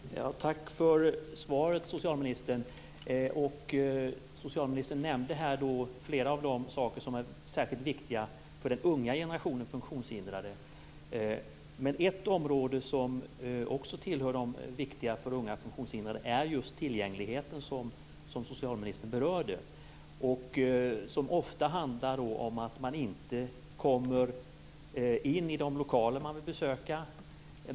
Herr talman! Tack för svaret, socialministern. Socialministern nämnde flera av de saker som är särskilt viktiga för den unga generationen funktionshindrade. Ett område som också tillhör de viktiga för unga funktionshindrade är just tillgängligheten, som socialministern berörde. Där handlar det ofta om att man inte kommer in i de lokaler man vill besöka.